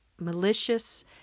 malicious –